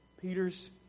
Peter's